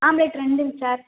omelette ரெண்டுங்க sir